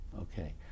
Okay